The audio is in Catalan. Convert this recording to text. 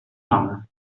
mama